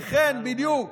לכן בדיוק,